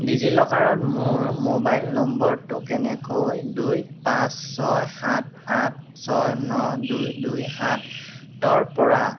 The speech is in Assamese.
ডিজিলকাৰত মোৰ মোবাইল নম্বৰটো কেনেকৈ দুই পাঁচ ছয় সাত আঠ ছয় ন দুই দুই সাতৰপৰা